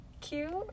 cute